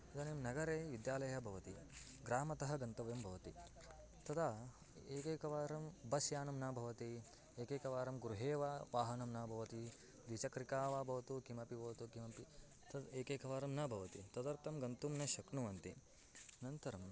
इदानीं नगरे विद्यालयः भवति ग्रामतः गन्तव्यं भवति तदा एकैकवारं बस् यानं न भवति एकैकवारं गृहे वा वाहनं न भवति द्विचक्रिका वा भवतु किमपि भवतु किमपि तद् एकैकवारं न भवति तदर्थं गन्तुं न शक्नुवन्ति अनन्तरम्